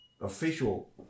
official